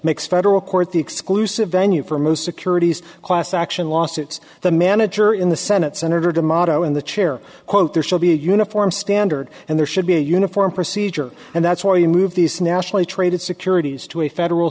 makes federal court the exclusive venue for most securities class action lawsuits the manager in the senate senator d'amato in the chair quote there should be a uniform standard and there should be a uniform procedure and that's where you move these nationally traded securities to a federal